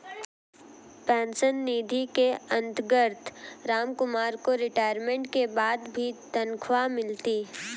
pension निधि के अंतर्गत रामकुमार को रिटायरमेंट के बाद भी तनख्वाह मिलती